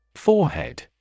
Forehead